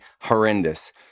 horrendous